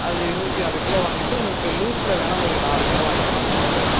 அது இருபத்தி ஆறு கிலோ வாங்கிகிட்டு உங்களுக்கு லூஸில் வேணா ஒரு நாலு கிலோ வாய்ங்க்கலாமாங்க சார்